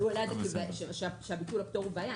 הוא העלה את זה בהקשר שביטול הפטור הוא בעיה.